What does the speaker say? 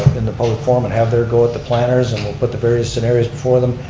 in the public forum and have their go at the planners and we'll put the various scenarios before them.